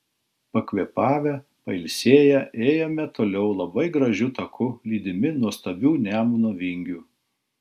pakvėpavę pailsėję ėjome toliau labai gražiu taku lydimi nuostabių nemuno vingių